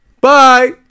Bye